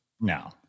No